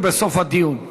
או בסוף הדיון?